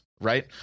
right